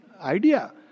idea